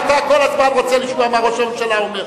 אתה כל הזמן רוצה לשמוע מה ראש הממשלה אומר.